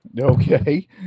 Okay